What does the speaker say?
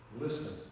Listen